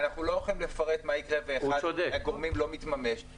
אנחנו לא יכולים לפרט מה יקרה אם אחד הגורמים לא מתממש --- הוא צודק.